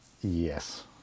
yes